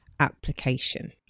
application